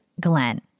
Glenn